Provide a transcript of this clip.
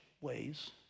ways